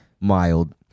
mild